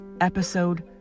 episode